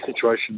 situation